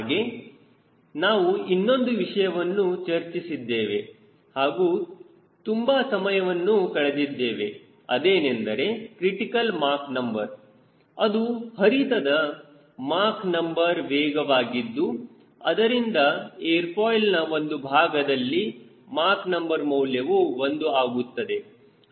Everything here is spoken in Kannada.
ಹಾಗೆ ನಾವು ಇನ್ನೊಂದು ವಿಷಯವನ್ನು ಚರ್ಚಿಸಿದ್ದೇವೆ ಹಾಗೂ ತುಂಬಾ ಸಮಯವನ್ನು ಕಳೆದಿದ್ದೇವೆ ಅದೇನೆಂದರೆ ಕ್ರಿಟಿಕಲ್ ಮಾಕ್ ನಂಬರ್ ಅದು ಹರಿತದ ಮಾಕ್ ನಂಬರ್ ವೇಗವಾಗಿದ್ದು ಅದರಿಂದ ಏರ್ ಫಾಯ್ಲ್ನ ಒಂದು ಭಾಗದಲ್ಲಿ ಮಾಕ್ ನಂಬರ್ ಮೌಲ್ಯವು 1 ಆಗುತ್ತದೆ